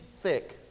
thick